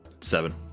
Seven